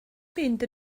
mynd